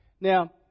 Now